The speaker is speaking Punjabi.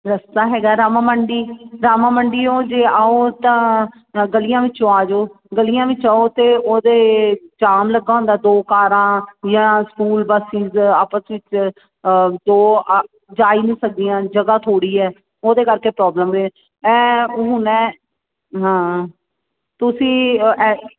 ਰਸਤਾ ਹੈਗਾ ਰਾਮਾ ਮੰਡੀ ਰਾਮਾ ਮੰਡੀਓਂ ਜੇ ਆਓ ਤਾਂ ਗਲੀਆਂ ਵਿੱਚੋਂ ਆ ਜਾਓ ਗਲੀਆਂ ਵਿੱਚ ਆਓ ਅਤੇ ਉਹਦਾ ਜਾਮ ਲੱਗਾ ਹੁੰਦਾ ਦੋ ਕਾਰਾਂ ਜਾਂ ਸਕੂਲ ਬਸਿਸ ਆਪਸ ਵਿੱਚ ਦੋ ਜਾ ਹੀ ਨਹੀਂ ਸਕਦੀਆਂ ਜਗ੍ਹਾ ਥੋੜ੍ਹੀ ਆ ਉਹਦੇ ਕਰਕੇ ਪ੍ਰੋਬਲਮ ਹੈ ਐਂ ਹੁਣ ਐਂ ਹਾਂ ਤੁਸੀਂ